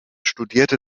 studierte